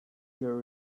your